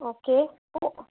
okay पोइ